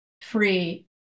free